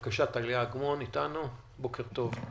בבקשה, טליה אגמון, אתנו, בוקר טוב.